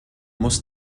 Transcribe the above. muss